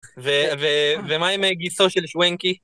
ומה עם הגיסו של שואנקי?